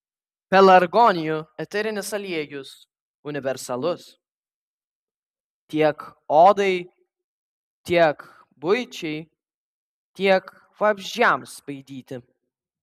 pelargonijų eterinis aliejus universalus tiek odai tiek buičiai tiek vabzdžiams baidyti